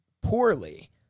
poorly